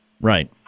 Right